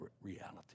reality